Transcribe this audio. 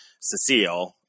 Cecile –